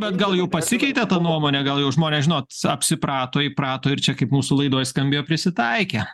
bet gal jau pasikeitė ta nuomonė gal jau žmonės žinot apsiprato įprato ir čia kaip mūsų laidoj skambėjo prisitaikė